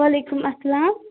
وَعلیکُم اَسَلام